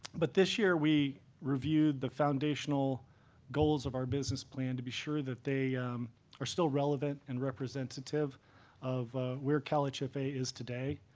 but this year, we reviewed the foundational goals of our business plan to be sure that they are still relevant and representative of where calhfa is today.